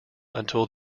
until